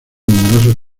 numerosos